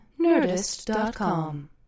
nerdist.com